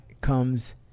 comes